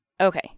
Okay